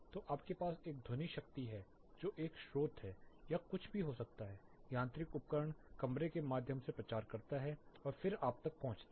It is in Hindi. तो आपके पास एक ध्वनि शक्ति है जो एक स्रोत है यह कुछ भी हो सकता है यांत्रिक उपकरण कमरे के माध्यम से प्रचार करता है और फिर यह आप तक पहुंचता है